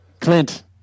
Clint